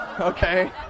okay